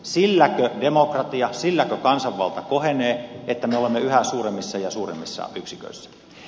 silläkö demokratia silläkö kansanvalta kohenee että me olemme yhä suuremmissa ja suuremmissa yksiköissä